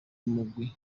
mugwi